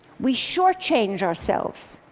we short-change ourselves.